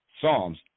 Psalms